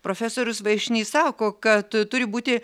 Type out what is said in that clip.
profesorius vaišnys sako kad turi būti